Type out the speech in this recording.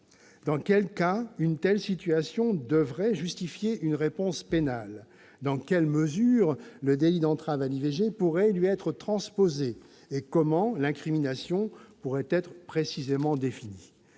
Dans quels cas une telle situation devrait-elle justifier une réponse pénale ? Dans quelle mesure le délit d'entrave à l'IVG pourrait-il lui être transposé ? Et comment l'incrimination pourrait-elle être précisément définie ?